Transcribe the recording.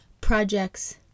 projects